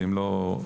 ואם הוא לא מצליח,